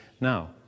Now